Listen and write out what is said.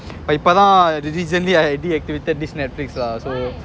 இப்பதான்:ippathaan diligently I think I'll delete this netflix lah so